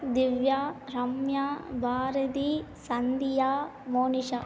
Divya Ramya Bharathi Sandhya Monisha